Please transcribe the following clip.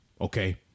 Okay